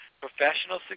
professional